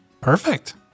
Perfect